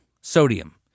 sodium